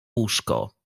łóżko